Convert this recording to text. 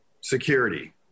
security